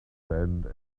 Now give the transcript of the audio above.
sand